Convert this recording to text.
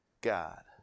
God